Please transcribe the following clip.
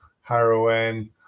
heroin